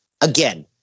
Again